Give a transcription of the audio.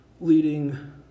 leading